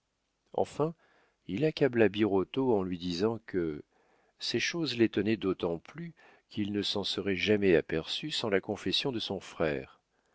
enfin il accabla birotteau en lui disant que ces choses l'étonnaient d'autant plus qu'il ne s'en serait jamais aperçu sans la confession de son frère